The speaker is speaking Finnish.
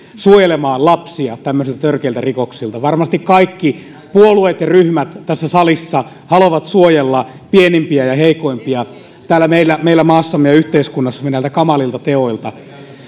suojelemaan lapsia tämmöisiltä törkeiltä rikoksilta varmasti kaikki puolueet ja ryhmät tässä salissa haluavat suojella pienimpiä ja heikoimpia täällä meidän maassamme ja yhteiskunnassamme näiltä kamalilta teoilta